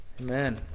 Amen